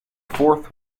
fourth